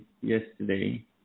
yesterday